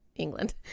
England